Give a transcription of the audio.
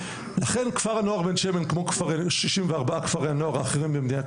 לכן כפר הנוער בן שמן כמו 64 כפרי הנוער האחרים במדינת